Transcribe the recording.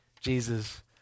Jesus